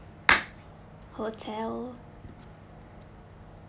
hotel